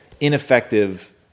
ineffective